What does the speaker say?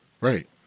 Right